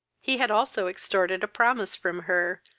he had also extorted a promise from her,